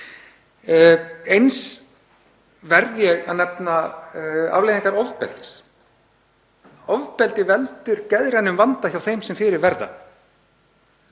Eins verð ég að nefna afleiðingar ofbeldis. Ofbeldi veldur geðrænum vanda hjá þeim sem fyrir verða.